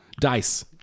dice